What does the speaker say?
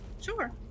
Sure